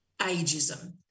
ageism